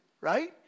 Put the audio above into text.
Right